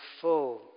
full